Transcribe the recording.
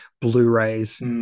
Blu-rays